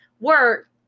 work